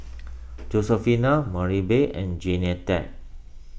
Josefina Maribel and Jeannette